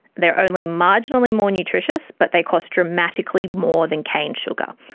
they're only marginally more nutritious, but they cost dramatically more than cane sugar,